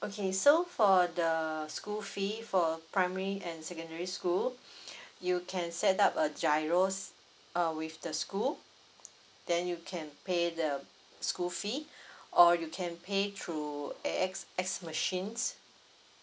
okay so for the school fee for primary and secondary school you can set up a GIRO uh with the school then you can pay the school fee or you can pay through A_X_S machines